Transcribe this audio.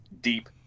deep